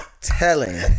telling